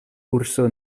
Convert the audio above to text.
urso